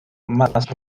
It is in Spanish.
más